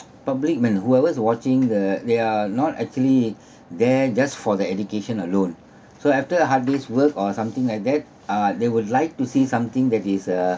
public men whoever's watching the they're not actually there just for the education alone so after a hard day's work or something like that ah they would like to see something that is a